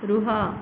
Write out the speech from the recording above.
ରୁହ